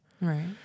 Right